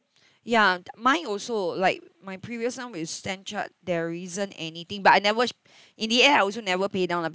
ya d~ mine also like my previous one with stan chart there isn't anything but I never ch~ in the end I also never pay down lah